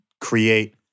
create